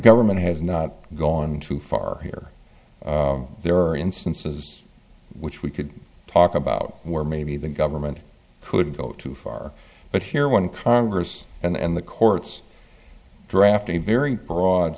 government has not gone too far here there are instances which we could talk about where maybe the government could go too far but here when congress and the courts drafting a very broad